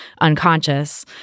unconscious